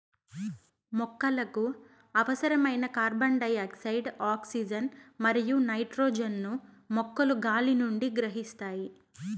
మొక్కలకు అవసరమైన carbon dioxide, oxygen మరియు నైట్రోజన్ ను మొక్కలు గాలి నుండి గ్రహిస్తాయి